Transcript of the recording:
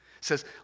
Says